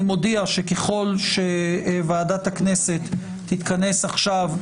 אני מודיע שככל שוועדת הכנסת תתכנס עכשיו,